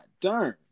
darn